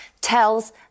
tells